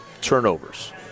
turnovers